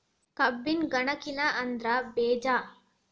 ಕಬ್ಬಿನ ಗನಕಿನ ಅದ್ರ ಬೇಜಾ